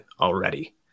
already